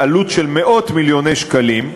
בעלות של מאות-מיליוני שקלים.